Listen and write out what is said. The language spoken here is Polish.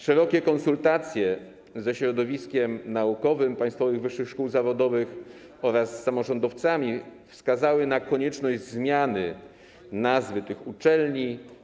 Szerokie konsultacje ze środowiskiem naukowym państwowych wyższych szkół zawodowych oraz samorządowcami wskazały na konieczność zmiany nazwy tych uczelni.